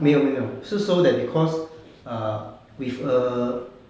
没有没有没有是 so that because err with uh